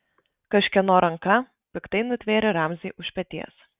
kažkieno ranka piktai nutvėrė ramzį už peties